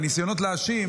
הניסיונות להאשים,